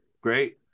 great